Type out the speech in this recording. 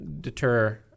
deter